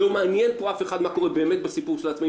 לא מעניין פה אף אחד מה קורה באמת בסיפור של העצמאים,